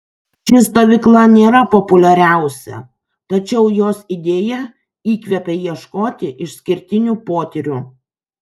ši stovykla nėra populiariausia tačiau jos idėja įkvepia ieškoti išskirtinių potyrių